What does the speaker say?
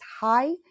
high